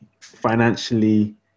financially